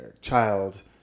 child